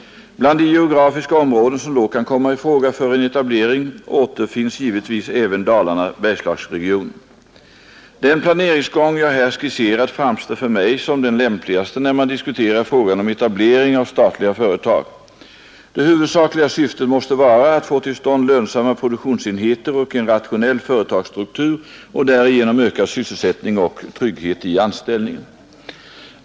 Bland de geografiska områden som då kan komma i fråga för en etablering återfinns givetvis även Dalarna—Bergslagsregionen. Den planeringsgång jag här skisserat framstår för mig som den lämpligaste när man diskuterar frågan om etablering av statliga företag. Det huvudsakliga syftet måste vara att få till stånd lönsamma produktionsenheter och en rationell företagsstruktur och därigenom ökad sysselsättning och trygghet i anställningen.